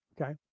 Okay